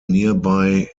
nearby